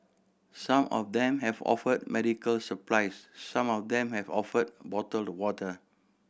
some of them have offered medical supplies some of them have offered bottled water